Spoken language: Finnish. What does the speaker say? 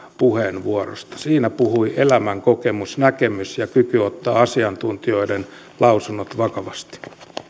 puheenvuorosta siinä puhui elämänkokemus näkemys ja kyky ottaa asiantuntijoiden lausunnot vakavasti